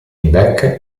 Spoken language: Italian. back